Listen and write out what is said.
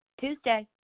Tuesday